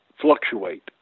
fluctuate